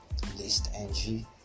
ListNG